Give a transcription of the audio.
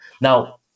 Now